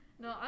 No